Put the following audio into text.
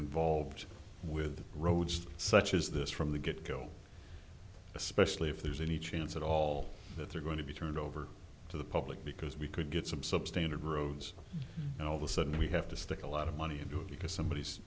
involved with roads such as this from the get go especially if there's any chance at all that they're going to be turned over to the public because we could get some substandard roads and all the sudden we have to stick a lot of money into it because somebody